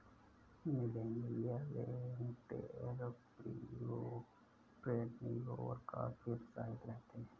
millennial entrepreneur काफी उत्साहित रहते हैं